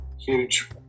huge